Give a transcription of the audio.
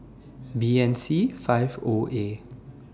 B N C five O A